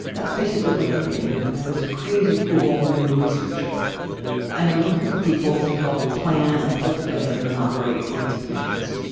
that's basically what they're doing. they're gonna have this crazy cool new research ship and they're looking for people to help plan and pull together and then operate the expeditions.